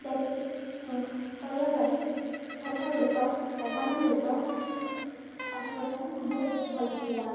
ଯାତ୍ରୀ କରିବା ପାଇଁ ଝରକା ଗୁଡ଼ିକ ପବନ ଗୁଡ଼ିକ ଆସିବା ପାଇଁ ବହୁତ ଭଲ ଥିଲା